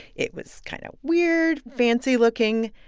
it was kind of weird, fancy looking,